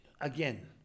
Again